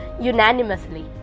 unanimously